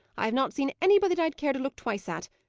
i have not seen anybody that i'd care to look twice at,